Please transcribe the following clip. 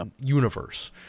universe